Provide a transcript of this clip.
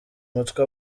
umutwe